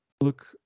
look